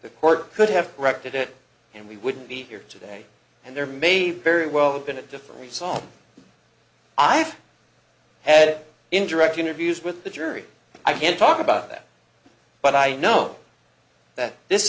the court could have corrected it and we wouldn't be here today and there may very well been a different result i have had it interact interviews with the jury i can't talk about that but i know that this